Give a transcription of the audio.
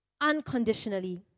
unconditionally